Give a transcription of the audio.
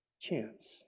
chance